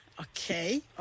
Okay